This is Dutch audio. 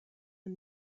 een